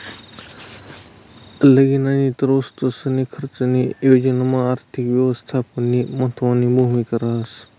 लगीन आणि इतर वस्तूसना खर्चनी योजनामा आर्थिक यवस्थापननी महत्वनी भूमिका रहास